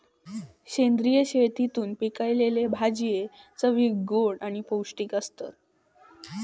सेंद्रिय शेतीतून पिकयलले भाजये चवीक गोड आणि पौष्टिक आसतत